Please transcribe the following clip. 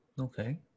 Okay